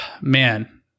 man